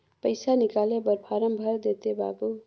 पइसा निकाले बर फारम भर देते बाबु?